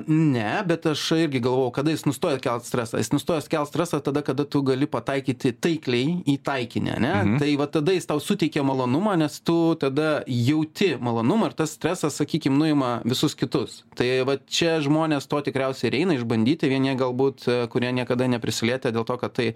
ne bet aš irgi galvojau kada jis nustojo kelt stresą jis nustojo kelt stresą tada kada tu gali pataikyti taikliai į taikinį ane tai va tada jis tau suteikia malonumą nes tu tada jauti malonumą ir tas stresas sakykim nuima visus kitus tai va čia žmonės to tikriausiai ir eina išbandyti vieni galbūt kurie niekada neprisilietė dėl to kad tai